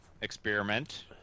experiment